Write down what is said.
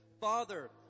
father